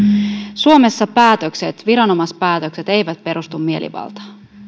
suomessa viranomaispäätökset eivät perustu mielivaltaan